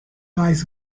eyes